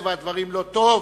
ומטבע הדברים לא טוב